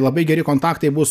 labai geri kontaktai bus